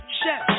chef